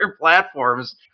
platforms